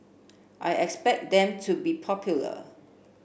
I expect them to be popular